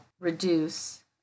reduce